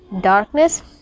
Darkness